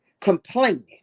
complaining